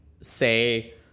say